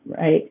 right